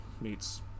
meets